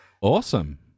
Awesome